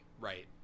right